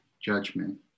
judgment